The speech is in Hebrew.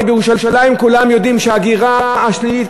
הרי בירושלים כולם יודעים שההגירה השלילית,